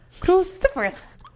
Cruciferous